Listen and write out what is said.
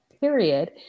period